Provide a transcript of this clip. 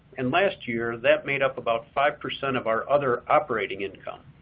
and last year that made up about five percent of our other operating income.